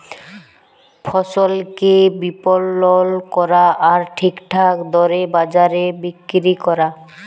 ফসলকে বিপলল ক্যরা আর ঠিকঠাক দরে বাজারে বিক্কিরি ক্যরা